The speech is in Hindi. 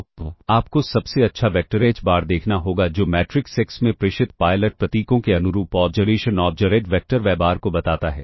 तो आपको सबसे अच्छा वेक्टर h बार देखना होगा जो मैट्रिक्स X में प्रेषित पायलट प्रतीकों के अनुरूप observation observed vector y bar को बताता है